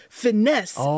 finesse